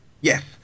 Yes